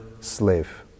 slave